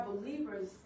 believers